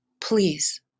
Please